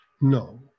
no